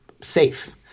safe